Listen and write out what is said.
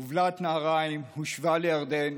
מובלעת נהריים הושבה לירדן,